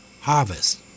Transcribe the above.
harvest